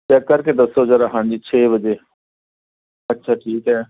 check ਕਰਕੇ ਦੱਸੋ ਜਰਾ ਹਾਂਜੀ ਛੇ ਵਜੇ ਅੱਛਾ ਠੀਕ ਹੈ